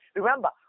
Remember